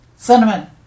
Cinnamon